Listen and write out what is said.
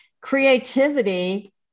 creativity